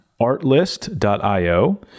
artlist.io